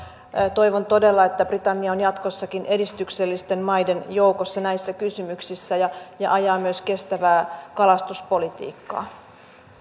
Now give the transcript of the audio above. toivon todella että britannia on jatkossakin edistyksellisten maiden joukossa näissä kysymyksissä ja ja ajaa myös kestävää kalastuspolitiikkaa